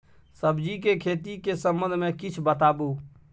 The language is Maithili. सब्जी के खेती के संबंध मे किछ बताबू?